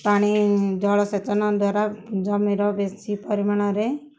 ପାଣି ଜଳ ସେେଚନ ଦ୍ୱାରା ଜମିର ବେଶୀ ପରିମାଣରେ